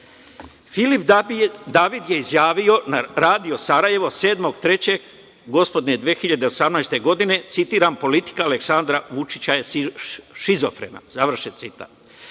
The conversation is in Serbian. Filip David je izjavio na Radio Sarajevo 7. marta gospodnje 2018. godine, citiram – politika Aleksandra Vučića je šizofrena, završen citat.